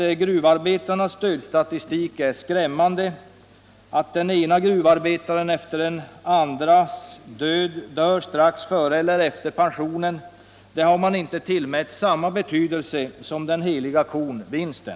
Att gruvarbetarnas dödsstatistik är skrämmande och att den ene gruvarbetaren efter den andre avlider strax före eller strax efter pensioneringen har inte tillmätts samma betydelse som den heliga kon, vinsten.